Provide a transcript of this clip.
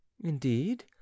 Indeed